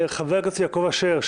חבר הכנסת יעקב אשר,